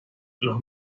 los